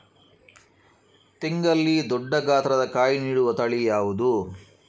ತೆಂಗಲ್ಲಿ ದೊಡ್ಡ ಗಾತ್ರದ ಕಾಯಿ ನೀಡುವ ತಳಿ ಯಾವುದು?